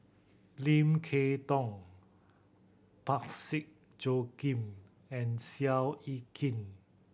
Lim Kay Tong Parsick Joaquim and Seow Yit Kin